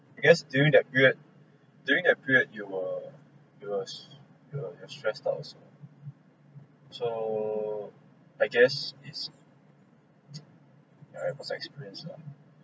guess during that period during that period you were you were stressed out also so I guess it's a good experience lah